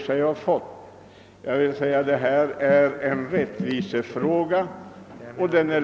Detta är en rättvisefråga.